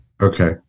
Okay